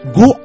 go